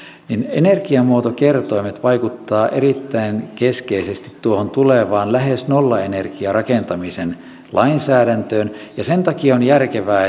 energiamuotokertoimet vaikuttavat erittäin keskeisesti tuohon tulevaan lähes nollaenergiarakentamisen lainsäädäntöön ja sen takia on järkevää